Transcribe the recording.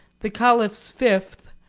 the caliph's fifth,